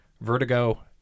Vertigo